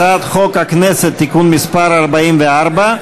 הצעת חוק הכנסת (תיקון מס' 44)